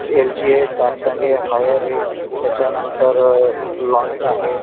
L G आहे Samsung आहे Haier आहे त्याच्यानंतर लॉएड आहे